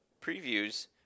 previews